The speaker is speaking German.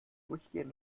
durchgehen